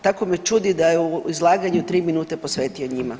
Tako me čudi da je u izlaganju tri minute posvetio njima.